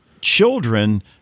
children